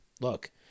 look